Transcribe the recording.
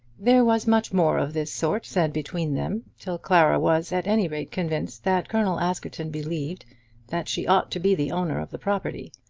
there was much more of this sort said between them, till clara was at any rate convinced that colonel askerton believed that she ought to be the owner of the property.